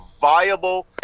viable